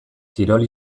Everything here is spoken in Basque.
kirol